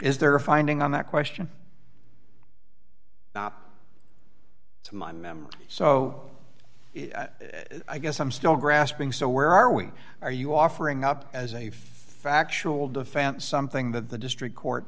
is there a finding on that question to my memory so i guess i'm still grasping so where are we are you offering up as a factual defense something that the district court